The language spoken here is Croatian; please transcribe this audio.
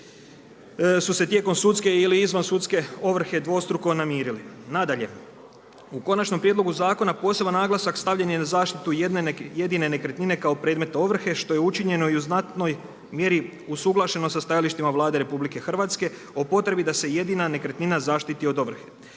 su se tijekom sudske ili izvansudske ovrhe dvostruko namirili. Nadalje, u konačnom prijedlogu zakona poseban naglasak stavljen je na zaštitu jedine nekretnine kao predmeta ovrhe što je učinjeno i u znatnoj mjeri usuglašeno sa stajališta Vlade RH o potrebi da se jedina nekretnina zaštititi od ovrhe.